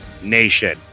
nation